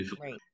right